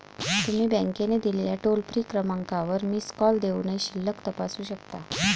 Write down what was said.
तुम्ही बँकेने दिलेल्या टोल फ्री क्रमांकावर मिस कॉल देऊनही शिल्लक तपासू शकता